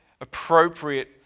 appropriate